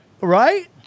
Right